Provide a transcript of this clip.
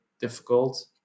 difficult